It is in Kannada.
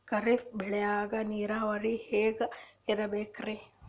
ಖರೀಫ್ ಬೇಳಿಗ ನೀರಾವರಿ ಹ್ಯಾಂಗ್ ಇರ್ಬೇಕರಿ?